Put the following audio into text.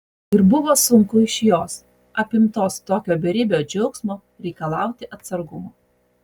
ir buvo sunku iš jos apimtos tokio beribio džiaugsmo reikalauti atsargumo